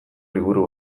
liburu